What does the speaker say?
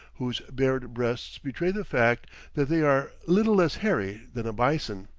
whose bared breasts betray the fact that they are little less hairy than a bison.